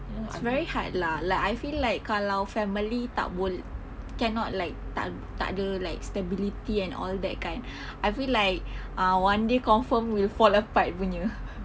it's very hard lah like I feel like kalau family tak bol~ cannot like tak tak ada like stability and all that kan I feel like ah one day confirm will fall apart punya